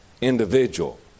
individual